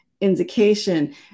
indication